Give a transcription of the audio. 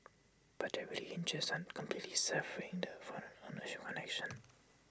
but that really hinges on completely severing the foreign ownership connection